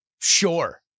Sure